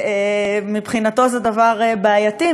מבחינתו זה דבר בעייתי,